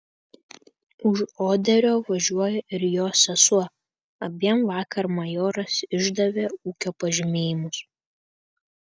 už oderio važiuoja ir jos sesuo abiem vakar majoras išdavė ūkio pažymėjimus